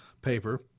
paper